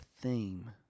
theme